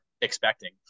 expecting